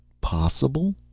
possible